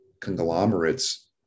conglomerates